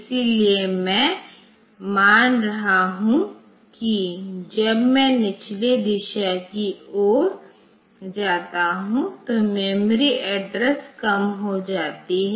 इसलिए मैं मान रहा हूं कि जब मैं निचले दिशा की ओर जाता हूं तो मेमोरी एड्रेस कम हो जाती है